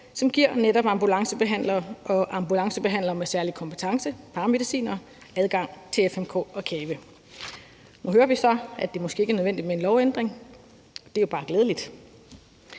som giver netop ambulancebehandlere og ambulancebehandlere med særlig kompetence, paramedicinere, adgang til Fælles Medicinkort og CAVE. Nu hører vi så, at det måske ikke er nødvendigt med en lovændring. Det er jo bare glædeligt.